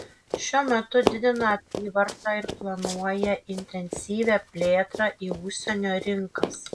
šiuo metu didina apyvartą ir planuoja intensyvią plėtrą į užsienio rinkas